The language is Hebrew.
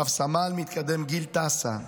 רב-סמל מתקדם גיל תעסה,